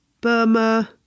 Burma